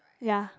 ya